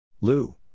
Lou